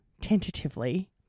tentatively